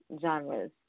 genres